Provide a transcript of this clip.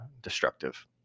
destructive